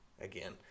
again